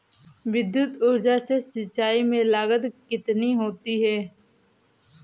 विद्युत ऊर्जा से सिंचाई में लागत कितनी होती है?